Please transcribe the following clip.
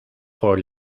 voor